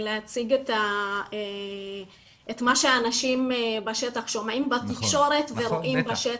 להציג את מה שהאנשים בשטח שומעים בתקשורת ורואים בשטח.